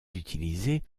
utilisée